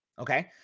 Okay